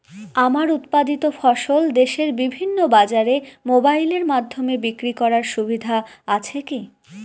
আমার উৎপাদিত ফসল দেশের বিভিন্ন বাজারে মোবাইলের মাধ্যমে বিক্রি করার সুবিধা আছে কি?